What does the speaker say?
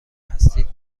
هستید